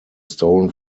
stolen